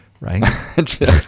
right